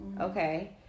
Okay